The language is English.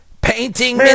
painting